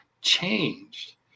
changed